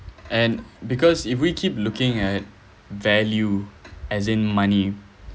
and because if we keep looking at value as in money